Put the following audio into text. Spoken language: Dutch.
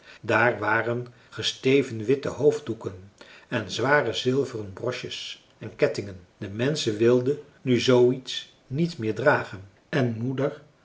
daar waren gesteven witte hoofddoeken en zware zilveren broches en kettingen de menschen wilden nu zooiets niet meer dragen en moeder